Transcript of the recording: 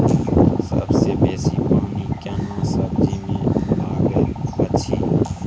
सबसे बेसी पानी केना सब्जी मे लागैत अछि?